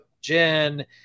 jen